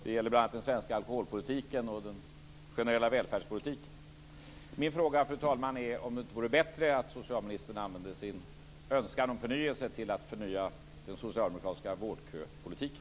Det gäller bl.a. den svenska alkoholpolitiken och den generella välfärdspolitiken. Min fråga, fru talman, är om det inte vore bättre att socialministern använde sin önskan om förnyelse till att förnya den socialdemokratiska vårdköpolitiken.